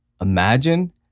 Imagine